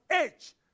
age